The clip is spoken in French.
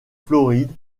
floride